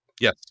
Yes